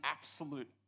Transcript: absolute